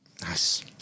Nice